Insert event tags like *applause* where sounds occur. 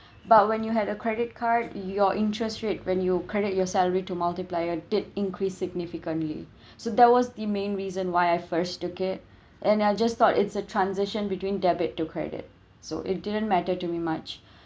*breath* but when you had a credit card your interest rate when you credit your salary to multiplier did increase significantly *breath* so that was the main reason why I first took it *breath* and I just thought it's a transition between debit to credit so it didn't matter to me much *breath*